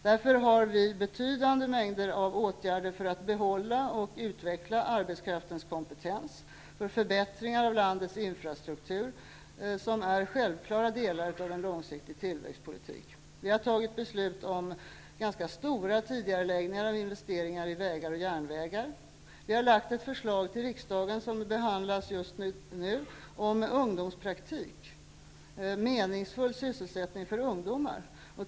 Därför har vi betydande mängder av åtgärder för att behålla och utveckla arbetskraftens kompetens och för förbättringar av landets infrastruktur, som är självklara delar av en långsiktig tillväxtpolitik. Vi har fattat beslut om ganska stora tidigareläggningar av investeringar i vägar och järnvägar. Vi har lagt ett förslag till riksdagen som behandlas just nu, om ungdomspraktik. Det är meningsfull sysselsättning för ungdomar.